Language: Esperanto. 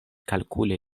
kalkuli